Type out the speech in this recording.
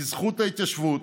בזכות ההתיישבות